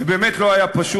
זה באמת לא היה פשוט,